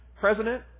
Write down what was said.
president